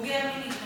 פוגע מינית,